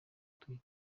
atuye